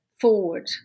forward